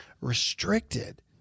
restricted